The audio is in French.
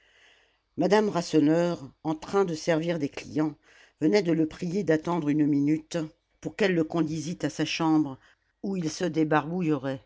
madame rasseneur en train de servir des clients venait de le prier d'attendre une minute pour qu'elle le conduisît à sa chambre où il se